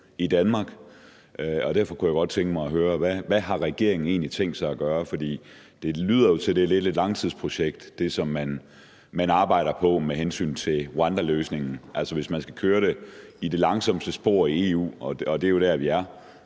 i Danmark. Derfor kunne jeg godt tænke mig at høre: Hvad har regeringen egentlig tænkt sig at gøre? For det lyder jo til, at det, som man arbejder på med hensyn til Rwandaløsningen, er lidt af et langtidsprojekt. Altså, hvis man skal køre det i det langsomste spor i EU – og det er jo der, vi er